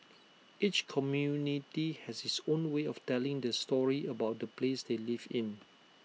each community has its own way of telling the story about the place they live in